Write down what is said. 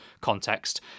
context